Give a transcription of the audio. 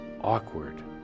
awkward